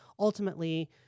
Ultimately